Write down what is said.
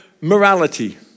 morality